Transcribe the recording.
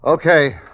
Okay